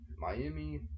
Miami